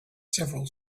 several